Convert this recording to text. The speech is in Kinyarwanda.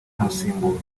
kumusimbura